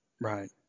Right